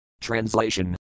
Translation